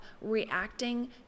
reacting